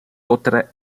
otra